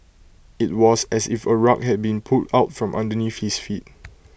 IT was as if A rug had been pulled out from underneath his feet